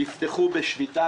יפתחו בשביתה.